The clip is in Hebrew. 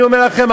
אני אומר לכם,